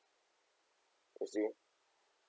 you see